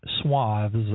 swaths